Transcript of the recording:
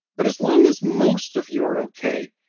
but as long as most of you are okay,